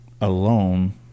alone